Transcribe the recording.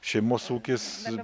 šeimos ūkis